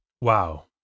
Wow